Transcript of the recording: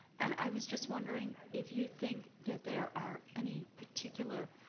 and i was just wondering if you think that there are any particular,